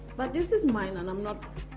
but this is mine and am not